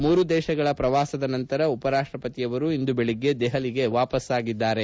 ಮೂರು ದೇಶಗಳ ಪ್ರವಾಸದ ನಂತರ ಉಪರಾಷ್ಟಪತಿ ಅವರು ಇಂದು ಬೆಳಿಗ್ಗೆ ದೆಹಲಿಗೆ ವಾಪಸ್ಸಾಗಿದ್ದಾರೆ